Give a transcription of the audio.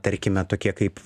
tarkime tokie kaip